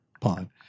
pond